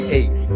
eight